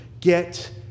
get